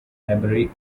library